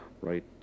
right